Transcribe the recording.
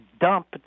dump